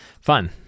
Fun